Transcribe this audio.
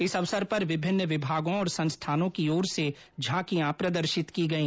इस अवसर पर विभिन्न विभागों और संस्थानों की ओर से झांकियां प्रदर्शित की गई